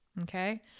okay